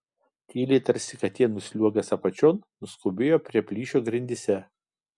tyliai tarsi katė nusliuogęs apačion nuskubėjo prie plyšio grindyse